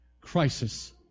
Crisis